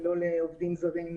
אני מודה לך שהיית אתנו היום.